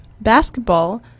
basketball